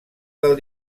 del